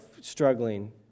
struggling